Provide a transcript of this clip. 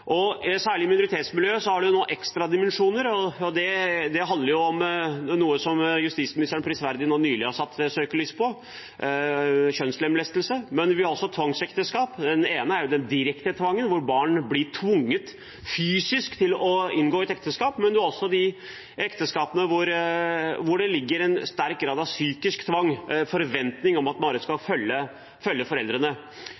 Særlig i minoritetsmiljøer har vi noen ekstra dimensjoner, og det handler om noe som justisministeren prisverdig nå nylig har satt søkelys på: kjønnslemlestelse. Men vi har også tvangsekteskap. Det ene er den direkte tvangen, hvor barn blir tvunget fysisk til å inngå ekteskap. Men man har også de ekteskapene hvor det foreligger en sterk grad av psykisk tvang, en forventning om at